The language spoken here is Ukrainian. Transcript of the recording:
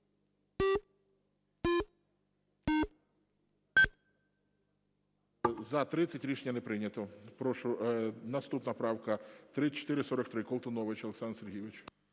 За-33 Рішення не прийнято. Наступна правка 3639, Колтунович Олександр Сергійович.